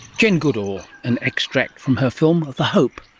jane goodall, an extract from her film the hope,